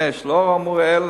לאור האמור לעיל,